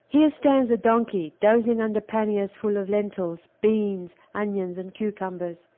here stands a donkey, dozing under panniers full of lentils, beans, onions, and cucumbers,